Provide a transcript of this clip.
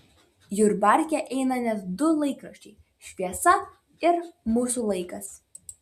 jurbarke eina net du laikraščiai šviesa ir mūsų laikas